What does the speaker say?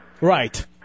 Right